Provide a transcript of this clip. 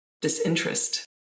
disinterest